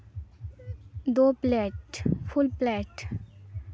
ᱫᱳ plate full plate